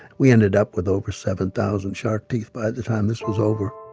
we ended up with over seven thousand shark teeth by the time this was over